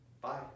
Bye